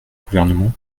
gouvernement